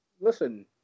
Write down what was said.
listen